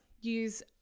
use